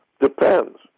depends